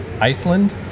Iceland